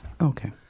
Okay